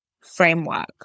framework